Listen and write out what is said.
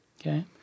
Okay